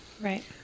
Right